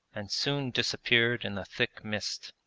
and soon disappeared in the thick mist.